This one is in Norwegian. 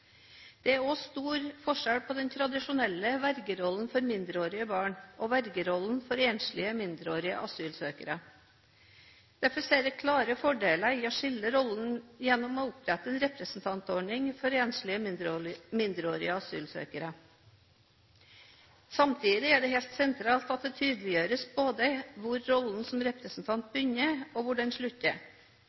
Det er også stor forskjell på den tradisjonelle vergerollen for mindreårige barn og vergerollen for enslige, mindreårige asylsøkere. Derfor ser jeg klare fordeler ved å skille rollen gjennom å opprette en representantordning for enslige, mindreårige asylsøkere. Samtidig er det helt sentralt at det tydeliggjøres både hvor rollen som representant begynner, og hvor den slutter.